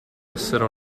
essere